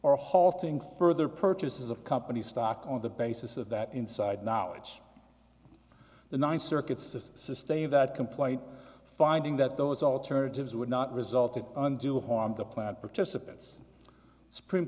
or halting further purchases of company stock on the basis of that inside knowledge the ninth circuit says sustain that complaint finding that those alternatives would not result in undue harm the plant participants supreme